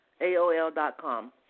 AOL.com